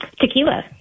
Tequila